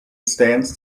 stands